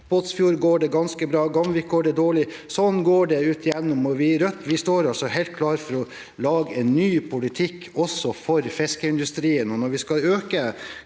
i Båtsfjord går det ganske bra, men i Gamvik går det dårlig. Slik går det ut igjennom. Vi i Rødt står klare for å lage en ny politikk også for fiskeindustrien.